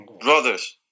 Brothers